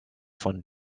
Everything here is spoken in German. von